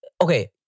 okay